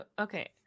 Okay